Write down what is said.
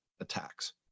attacks